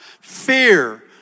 Fear